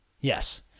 Yes